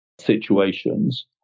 situations